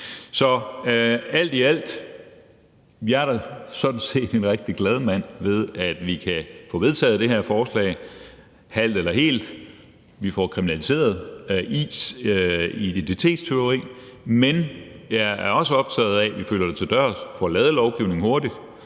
Så alt i alt er jeg da sådan set en rigtig glad mand ved, at vi kan få vedtaget det her forslag, halvt eller helt, vi får kriminaliseret identitetstyveri; men jeg er også optaget af, at vi følger det til dørs, får lavet lovgivningen hurtigt,